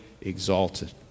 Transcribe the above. exalted